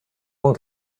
want